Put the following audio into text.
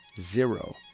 Zero